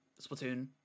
Splatoon